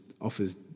offers